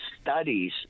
studies